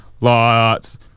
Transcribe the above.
lots